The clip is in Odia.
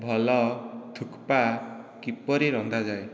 ଭଲ ଥୁକ୍ପା କିପରି ରନ୍ଧାଯାଏ